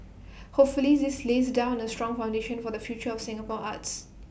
hopefully this lays down A strong foundation for the future of Singapore arts